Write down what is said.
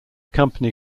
company